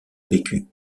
bécu